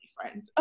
friend